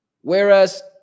Whereas